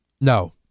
No